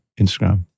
instagram